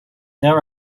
there